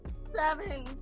Seven